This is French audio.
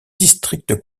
district